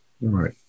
right